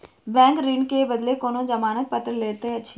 bank ऋण के बदले कोनो जमानत पत्र लैत अछि